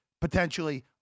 potentially